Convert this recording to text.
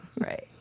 Right